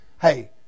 Hey